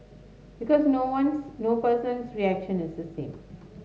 because no ones no person's reaction is the same